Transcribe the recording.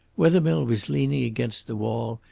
wethermill was leaning against the wall,